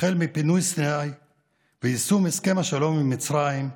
מפינוי סיני ויישום הסכם השלום עם מצרים,